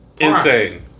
Insane